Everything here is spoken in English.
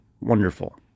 wonderful